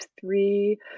three